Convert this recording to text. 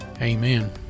Amen